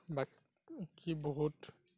বাকী বহুত